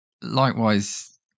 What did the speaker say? likewise